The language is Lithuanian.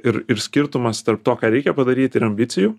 ir ir skirtumas tarp to ką reikia padaryt ir ambicijų